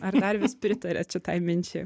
ar dar vis pritariat šitai minčiai